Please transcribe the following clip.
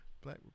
black